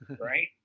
Right